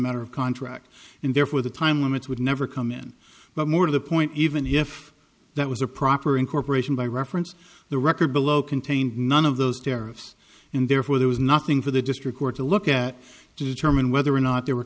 matter of contract and therefore the time limits would never come in but more to the point even if that was a proper incorporation by reference the record below contained none of those tariffs and therefore there was nothing for the district court to look at to determine whether or not there were